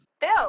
bill